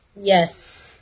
Yes